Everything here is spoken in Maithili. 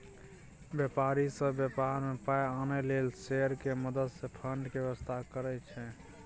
व्यापारी सब व्यापार में पाइ आनय लेल शेयर के मदद से फंड के व्यवस्था करइ छइ